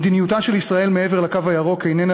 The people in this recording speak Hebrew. מדיניותה של ישראל מעבר לקו הירוק איננה